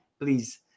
Please